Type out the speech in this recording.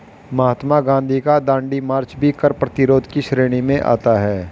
महात्मा गांधी का दांडी मार्च भी कर प्रतिरोध की श्रेणी में आता है